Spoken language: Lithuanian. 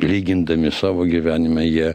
lygindami savo gyvenime jie